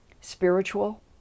spiritual